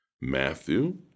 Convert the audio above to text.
Matthew